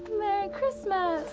merry christmas.